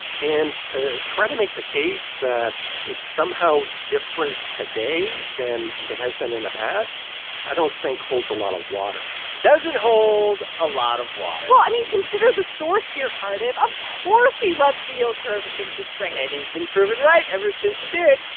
and to try to make the case that it's somehow different today than it has been in the past i don't think holds a lot of water doesn't hold a lot of water well, i mean, consider the source here, cardiff. of course he loves the yield curve and thinks it's great and he's been proven right ever since he did